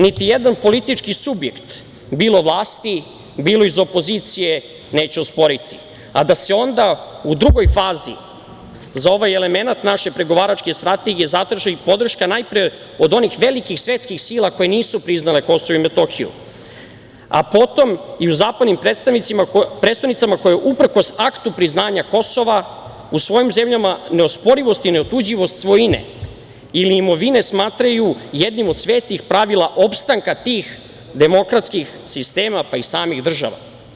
Niti jedan politički subjekt bilo vlasti, bilo iz opozicije neću osporiti, a da se onda u drugoj fazi za ovaj element naše pregovaračke strategije zatraži i podrška najpre onih velikih svetskih sila koje nisu priznale Kosovo i Metohiju, a potom i u zapadnim prestonicama koje uprkos aktu priznanja Kosova u svojim zemljama neosporivost i neotuđivost svojine ili imovine smatraju jednim od svetih pravila opstanka tih demokratskih sistema, pa i samih država.